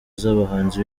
z’abahanzi